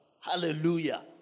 Hallelujah